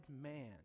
man